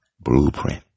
blueprint